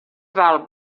val